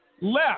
left